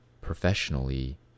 professionally